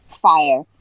fire